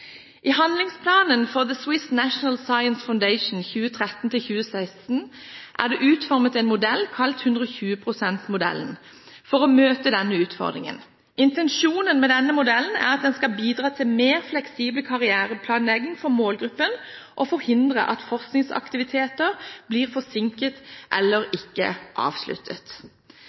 I handlingsplanen for The Swiss National Science Foundation 2013–2016 er det utformet en modell kalt «120 %-modellen» for å møte denne utfordringen. Intensjonen med denne modellen er at den skal bidra til mer fleksibel karriereplanlegging for målgruppen og forhindre at forskningsaktiviteter blir forsinket eller ikke avsluttet.